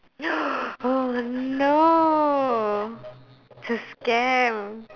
oh no it's a scam